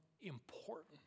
important